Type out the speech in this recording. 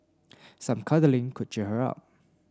some cuddling could cheer her up